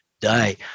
day